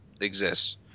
exists